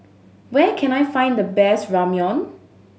where can I find the best Ramyeon